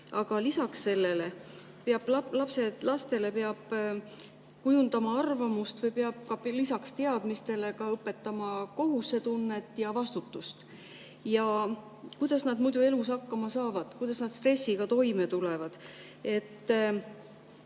Aga lisaks sellele peab kujundama laste arvamust või lisaks teadmistele peab õpetama ka kohusetunnet ja vastutust. Kuidas nad muidu elus hakkama saavad, kuidas nad stressiga toime tulevad?